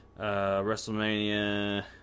Wrestlemania